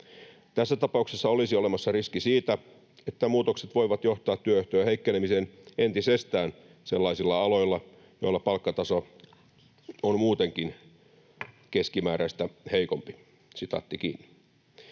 Tässä tapauksessa olisi olemassa riski siitä, että muutokset voivat johtaa työehtojen heikkenemiseen entisestään sellaisilla aloilla, joilla palkkataso on muutenkin keskimääräistä heikompi.” Tämän